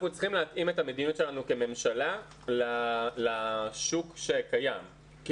צריכים אם אתה מביא אותנו כממשלה לשוק שקיים ,